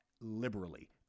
liberally